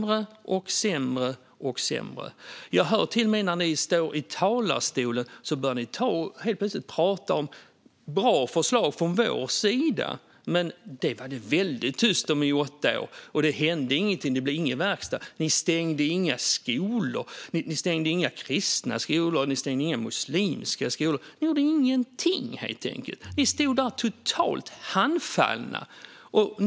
Det har gått allt sämre. Jag hör till och med att när ni står i talarstolen börjar ni helt plötsligt att tala om bra förslag från vår sida. Det var det väldigt tyst om i åtta år. Det hände ingenting, och det blev ingen verkstad. Ni stängde inga skolor. Ni stängde inga kristna skolor, och ni stängde inga muslimska skolor. Ni gjorde helt enkelt ingenting. Ni stod där totalt handfallna.